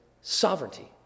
sovereignty